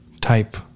type